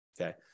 okay